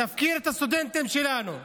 תפקיר את הסטודנטים שלנו.